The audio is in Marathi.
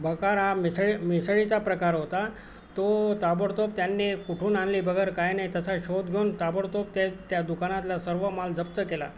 बगर हा मिसळ मिसळीचा प्रकार होता तो ताबडतोब त्यांनी कुठून आणली बगर काय नाही तसा शोध घेऊन ताबडतोब त्या त्या दुकानातला सर्व माल जप्त केला